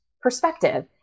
perspective